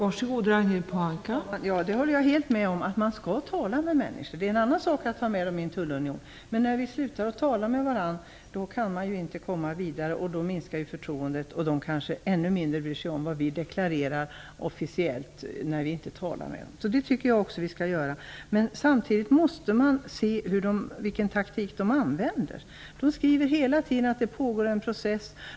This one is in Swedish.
Fru talman! Jag håller helt med om att man skall tala med människor. Det är en annan sak att ta med När vi slutar att tala med varandra kan vi inte komma vidare. Då minskar förtroendet, och Turkiet kanske ännu mindre bryr sig om vad vi deklarerar officiellt när vi inte talar med dem. Det tycker jag att vi skall göra. Men samtidigt måste man se vilken taktik de använder. De skriver hela tiden att det pågår en process.